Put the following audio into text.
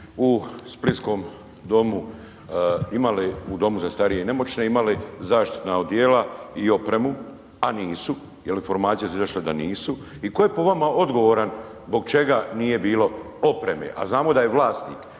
u splitskom domu imali, u domu za starije i nemoćne imali zaštitna odjela i opremu, a nisu, jel informacije su izašle da nisu i tko je po vama odgovoran zbog čega nije bilo opreme, a znamo da je vlasnik